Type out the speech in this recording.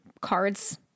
card's